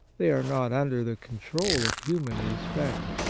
they are not under the control of human respect.